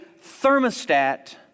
thermostat